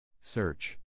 Search